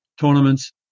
tournaments